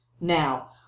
now